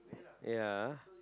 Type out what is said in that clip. ya